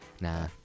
nah